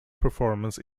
performance